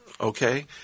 okay